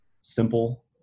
simple